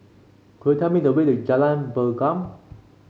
could you tell me the way to Jalan Pergam